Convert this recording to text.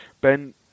Ben